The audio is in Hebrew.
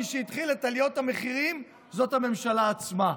מי שהתחיל את עליות המחירים זה הממשלה עצמה.